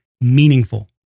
meaningful